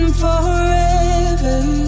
forever